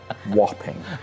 Whopping